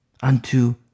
unto